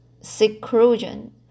seclusion